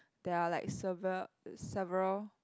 there are like sever~ several